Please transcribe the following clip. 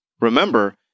Remember